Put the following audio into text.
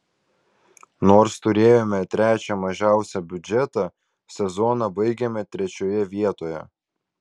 nors turėjome trečią mažiausią biudžetą sezoną baigėme trečioje vietoje